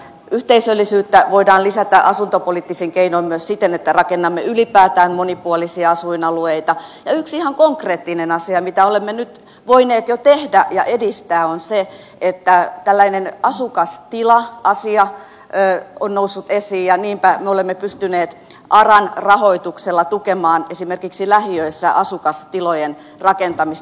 yhteisöllisyyttä voidaan lisätä asuntopoliittisin keinoin myös siten että rakennamme ylipäätään monipuolisia asuinalueita ja yksi ihan konkreettinen asia mitä olemme nyt voineet jo tehdä ja edistää on se että kun tällainen asukastila asia on noussut esiin niin me olemme pystyneet aran rahoituksella tukemaan esimerkiksi lähiöissä asukastilojen rakentamista